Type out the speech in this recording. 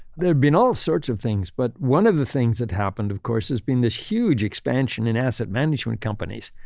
there have been all sorts of things. but one of the things that happened of course has been this huge expansion in asset management companies.